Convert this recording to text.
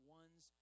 ones